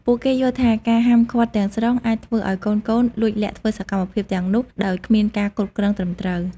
ពួកគេយល់ថាការហាមឃាត់ទាំងស្រុងអាចធ្វើឱ្យកូនៗលួចលាក់ធ្វើសកម្មភាពទាំងនោះដោយគ្មានការគ្រប់គ្រងត្រឹមត្រូវ ។